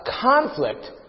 conflict